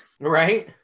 Right